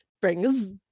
brings